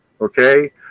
okay